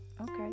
okay